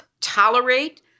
tolerate